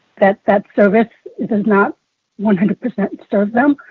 that that service does not one hundred percent serve them,